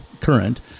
current